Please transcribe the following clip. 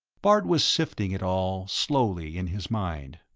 bart was sifting it all, slowly, in his mind.